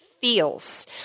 feels